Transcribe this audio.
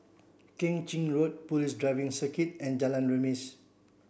Keng Chin Road Police Driving Circuit and Jalan Remis